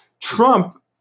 Trump